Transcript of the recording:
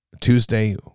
Tuesday